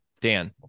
Dan